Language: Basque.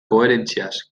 koherentziaz